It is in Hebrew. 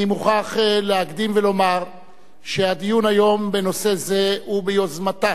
אני מוכרח להקדים ולומר שהדיון היום בנושא זה הוא ביוזמתה